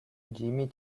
jimmy